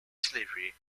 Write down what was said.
slavery